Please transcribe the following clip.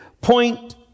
point